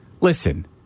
listen